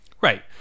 Right